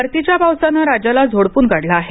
परतीच्या पावसाने राज्याला झोडपून काढले आहे